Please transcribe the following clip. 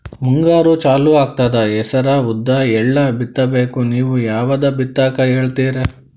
ಮುಂಗಾರು ಚಾಲು ಆಗ್ತದ ಹೆಸರ, ಉದ್ದ, ಎಳ್ಳ ಬಿತ್ತ ಬೇಕು ನೀವು ಯಾವದ ಬಿತ್ತಕ್ ಹೇಳತ್ತೀರಿ?